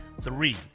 three